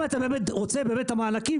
אם אתה באמת רוצה את המענקים,